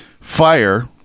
Fire